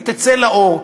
היא תצא לאור.